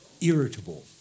irritable